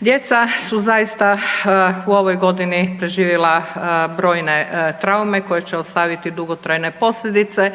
Djeca su zaista u ovoj godini preživjela brojne traume koje će ostaviti dugotrajne posljedice,